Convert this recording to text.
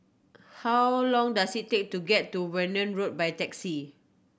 how long does it take to get to Warna Road by taxi